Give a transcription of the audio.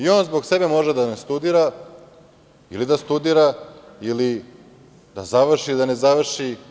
On zbog sebe može da ne studira ili da studira ili da završili ili da ne završi.